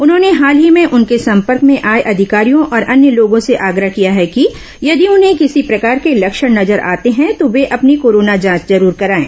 उन्होंने हाल ही में उनके संपर्क में आए अधिकारियों और अन्य लोगों से आग्रह किया है कि यदि उन्हें किसी प्रकार के लक्षण नजर आते हैं तो वे अपनी कोरोना जांच जरूर कराएं